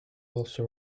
also